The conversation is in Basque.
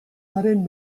haren